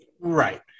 Right